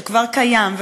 שכבר קיים,